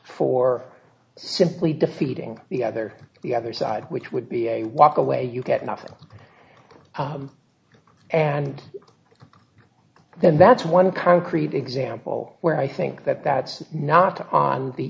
for simply defeating the other the other side which would be a walk away you get nothing and then that's one concrete example where i think that that's not on the